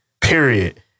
period